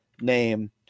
name